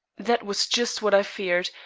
that was just what i feared,